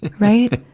right?